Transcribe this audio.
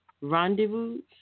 Rendezvous